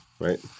right